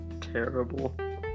terrible